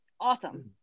awesome